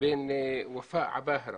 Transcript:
בין ופאא עבאהרה